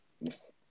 Yes